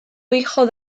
hijo